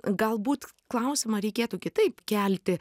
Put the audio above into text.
galbūt klausimą reikėtų kitaip kelti